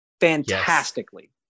fantastically